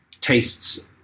tastes